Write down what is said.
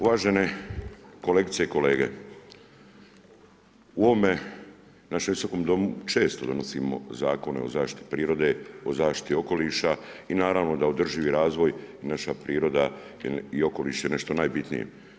Uvažene kolegice i kolege u ovome našem Visokom domu često donosimo zakone o zaštiti prirode, o zaštiti okoliša i naravno da održivi razvoj i naša priroda i okoliš je nešto najbitnije.